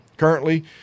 Currently